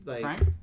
Frank